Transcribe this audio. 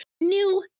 new